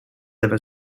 ever